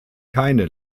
keine